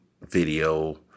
video